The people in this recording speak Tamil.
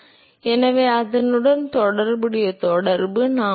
6 ஐ விட அதிகமாக இருந்தால் மட்டுமே இது செல்லுபடியாகும் என்று கூறினோம்